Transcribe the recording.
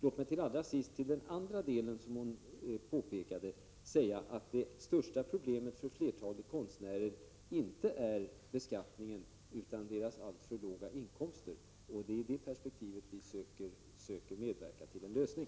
Låt mig med anledning av Margareta Fogelbergs andra påpekande säga att det största problemet för flertalet konstnärer inte är beskattningen utan deras alltför låga inkomster. Det är i det perspektivet som regeringen söker medverka till en lösning.